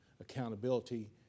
accountability